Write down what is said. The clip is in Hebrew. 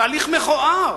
תהליך מכוער.